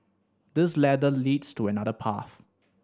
this ladder leads to another path